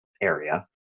area